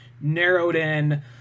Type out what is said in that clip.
narrowed-in